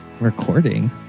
recording